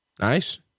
Nice